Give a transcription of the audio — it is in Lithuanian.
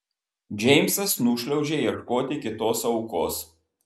džeimsas nušliaužia ieškoti kitos aukos